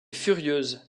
furieuse